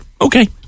okay